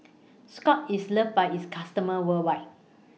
Scott's IS loved By its customers worldwide